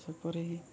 ସେପରି ହିଁ